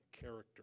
character